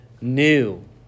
new